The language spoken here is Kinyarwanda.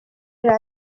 yari